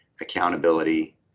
accountability